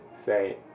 Say